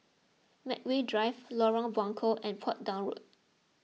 Medway Drive Lorong Buangkok and Portsdown Road